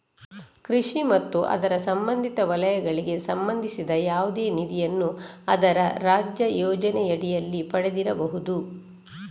ಕೃಷಿ ಮತ್ತು ಅದರ ಸಂಬಂಧಿತ ವಲಯಗಳಿಗೆ ಸಂಬಂಧಿಸಿದ ಯಾವುದೇ ನಿಧಿಯನ್ನು ಅದರ ರಾಜ್ಯ ಯೋಜನೆಯಡಿಯಲ್ಲಿ ಪಡೆದಿರಬಹುದು